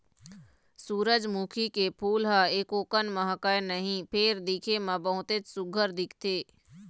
सूरजमुखी के फूल ह एकोकन महकय नहि फेर दिखे म बहुतेच सुग्घर दिखथे